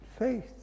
Faith